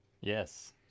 Yes